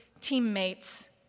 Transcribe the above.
teammates